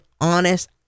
honest